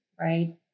right